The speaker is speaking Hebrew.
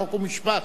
חוק ומשפט,